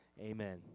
Amen